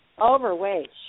Overweight